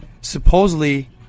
Supposedly